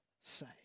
say